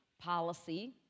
policy